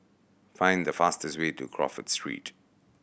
find the fastest way to Crawford Street